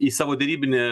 į savo derybinį